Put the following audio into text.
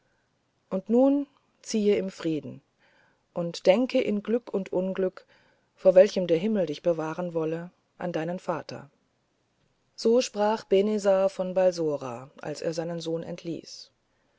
und nun ziehe im frieden und denke in glück und unglück vor welchem der himmel dich bewahren wolle an deinen vater so sprach benezar von balsora als er seinen sohn entließ